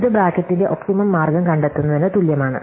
ഇത് ബ്രാക്കറ്റിന്റെ ഒപ്റ്റിമo മാർഗം കണ്ടെത്തുന്നതിന് തുല്യമാണ്